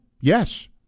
Yes